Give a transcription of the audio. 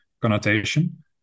connotation